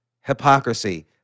hypocrisy